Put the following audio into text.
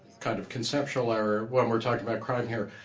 kind of, conceptual error when we're talking about crime here.